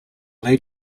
they